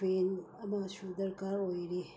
ꯐꯦꯟ ꯑꯃꯁꯨ ꯗꯔꯀꯥꯔ ꯑꯣꯏꯔꯤ